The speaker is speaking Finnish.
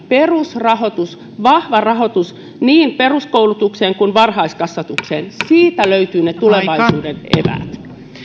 perusrahoitus vahva rahoitus niin peruskoulutukseen kuin varhaiskasvatukseen siitä löytyy ne tulevaisuuden eväät